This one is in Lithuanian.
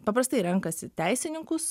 paprastai renkasi teisininkus